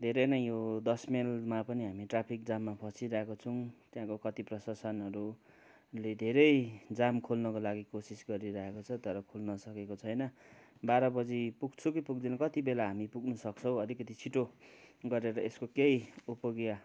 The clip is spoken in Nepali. धेरै नै यो दस माइलमा पनि हामी ट्राफिक जाममा फँसिरहेका छौँ त्यहाँको कति प्रशासनहरूले धेरै जाम खोल्नको लागि कोसिस गरिरहेको छ तर खोल्नसकेको छैन बाह्र बजी पुग्छु कि पुग्दिनँ कति बेला हामी पुग्नु सक्छौँ अलिकति छिटो गरेर यसो केही उपाय